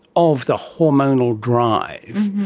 of the hormonal drive,